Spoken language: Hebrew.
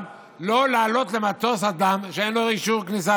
לא להעלות למטוס אדם שאין לו אישור כניסה לפה.